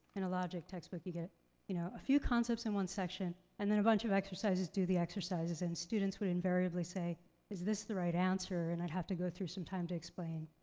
in a logic textbook you get you know a few concepts in one section and then a bunch of exercises, do the exercises and students would invariably say is this the right answer and i'd have to go through some time to explain,